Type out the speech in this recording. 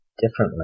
differently